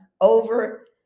over